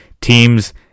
teams